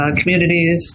communities